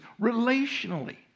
relationally